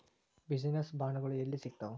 Business ಬಾಂಡ್ಗಳು ಯೆಲ್ಲಿ ಸಿಗ್ತಾವ?